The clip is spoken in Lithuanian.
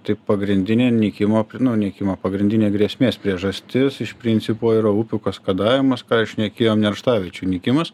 tai pagrindinė nykimo pri nu nykimo pagrindinė grėsmės priežastis iš principo yra upių kaskadavimas ką ir šnekėjom nerštaviečių nykimas